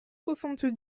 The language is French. soixante